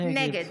נגד